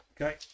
Okay